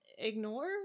ignore